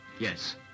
Yes